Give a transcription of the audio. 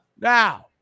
now